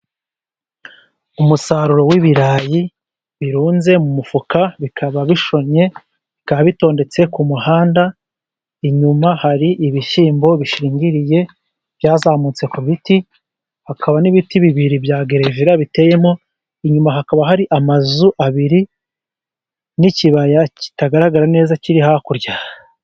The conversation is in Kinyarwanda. Umusaruro w'ibirayi birunze mu mufuka bikaba bishonyye, bikaba bitondetse ku muhanda. Inyuma hari ibishyimbo bishingiriye byazamutse ku biti, hakaba n'ibiti bibiri bya gereveriya biteyemo, inyuma hakaba hari amazu abiri n'ikibaya kitagaragara neza kiri hakurya.